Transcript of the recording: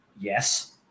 yes